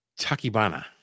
Takibana